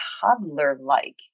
toddler-like